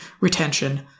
retention